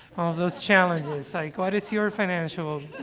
of those challenges, like, what is your financial ah,